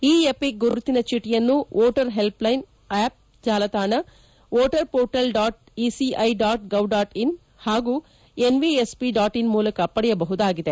E EPIC ಗುರುತಿನ ಚೀಟಿಯನ್ನು voter helpline app ಜಾಲತಾಣ voter portal dot ECI dot gov dot in ಹಾಗೂ NVSP dot in ಮೂಲಕ ಪಡೆಯಬಹುದಾಗಿದೆ